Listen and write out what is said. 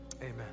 Amen